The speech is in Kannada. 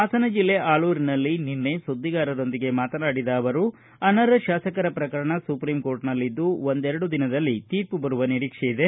ಹಾಸನ ಜೆಲ್ಲೆ ಆಲೂರಿನಲ್ಲಿ ನಿನ್ನೆ ಸುದ್ದಿಗಾರರೊಂದಿಗೆ ಮಾತನಾಡಿದ ಅವರು ಅನರ್ಹ ಶಾಸಕರ ಪ್ರಕರಣ ಸುಪ್ರಿಂ ಕೋರ್ಟನಲ್ಲಿದ್ದು ಒಂದೆರಡು ದಿನದಲ್ಲಿ ತೀರ್ಮ ಬರುವ ನಿರೀಕ್ಷೆ ಇದೆ